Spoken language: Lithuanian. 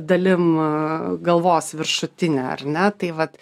dalima galvos viršutine ar ne tai vat